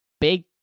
big